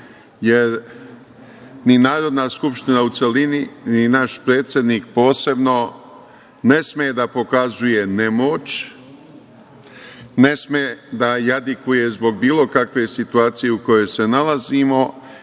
jer ni Narodna Skupština u celini ni naš predsednik posebno, ne sme da pokazuje nemoć, ne sme da jadikuje zbog bilo kakve situacije u kojoj se nalazimo. Nama je sasvim